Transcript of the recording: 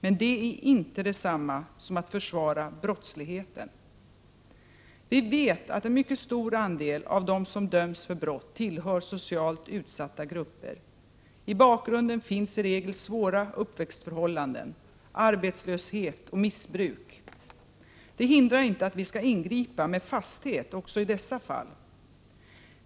Men det är inte detsamma som att försvara brottsligheten. Vi vet att en mycket stor andel av dem som döms för brott tillhör socialt utsatta grupper. I bakgrunden finns i regel svåra uppväxtförhållanden, arbetslöshet och missbruk. Det hindrar inte att vi skall ingripa med fasthet också i dessa fall.